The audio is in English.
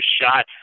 shot